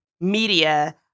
media